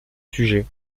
sujet